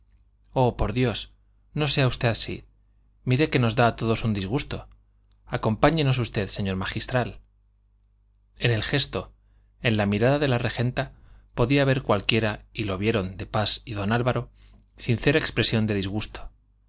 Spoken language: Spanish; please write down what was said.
oh por dios no sea usted así mire que nos da a todos un disgusto acompáñenos usted señor magistral en el gesto en la mirada de la regenta podía ver cualquiera y lo vieron de pas y don álvaro sincera expresión de disgusto